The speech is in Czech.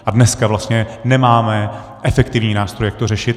A dneska vlastně nemáme efektivní nástroj, jak to řešit.